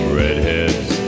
redheads